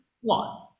one